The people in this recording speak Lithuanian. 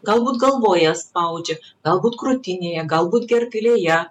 galbūt galvoje spaudžia galbūt krūtinėje galbūt gerklėje